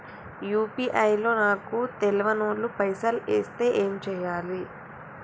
UPI లో నాకు తెల్వనోళ్లు పైసల్ ఎస్తే ఏం చేయాలి?